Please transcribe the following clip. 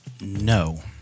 No